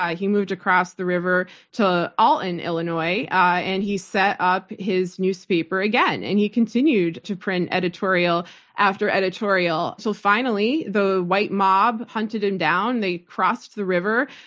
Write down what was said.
he moved across the river to alton, illinois and he set up his newspaper again. and he continued to print editorial after editorial until finally, the white mob hunted him down. they crossed the river.